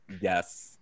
Yes